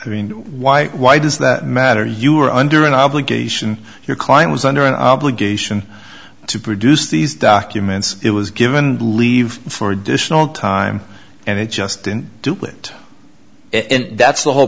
i mean why why does that matter you were under an obligation your client was under an obligation to produce these documents it was given leave for additional time and it just didn't do it that's the whole